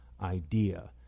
idea